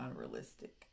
unrealistic